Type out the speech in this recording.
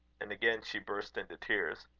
and again she burst into tears.